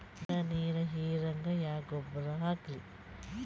ಮಣ್ಣ ನೀರ ಹೀರಂಗ ಯಾ ಗೊಬ್ಬರ ಹಾಕ್ಲಿ?